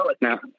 now